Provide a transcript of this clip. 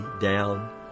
down